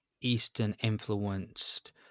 Eastern-influenced